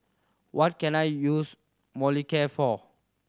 what can I use Molicare for